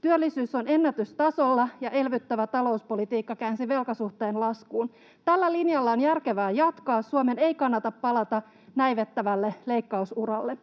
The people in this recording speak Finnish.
Työllisyys on ennätystasolla ja elvyttävä talouspolitiikka käänsi velkasuhteen laskuun. Tällä linjalla on järkevää jatkaa. Suomen ei kannata palata näivettävälle leikkausuralle.